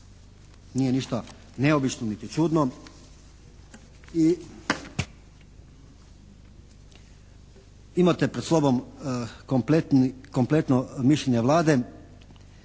nije ništa neobično niti čudno i imate pred sobom kompletno mišljenje Vlade.